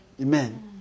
Amen